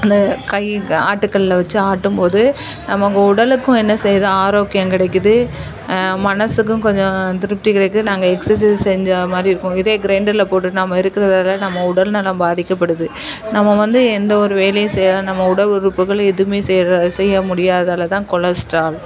அந்த கை ஆட்டுக்கல்லை வெச்சு ஆட்டும் போது நம்ம அங்கே உடலுக்கும் என்ன செய்து ஆரோக்கியம் கிடைக்குது மனசுக்கும் கொஞ்சம் திருப்தி கிடைக்குது நாங்கள் எக்ஸர்சைஸ் செஞ்ச மாதிரி இருக்கும் இதே க்ரைண்டரில் போட்டு நாம் இருக்கிறதால நம்ம உடல்நலம் பாதிக்கப்படுது நம்ம வந்து எந்த ஒரு வேலையும் செய்யாத நம்ம உடல் உறுப்புகள் எதுவுமே செய்யுற செய்ய முடியாததால தான் கொலஸ்ட்ரால்